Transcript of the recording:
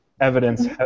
evidence